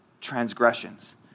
transgressions